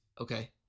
Okay